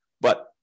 But-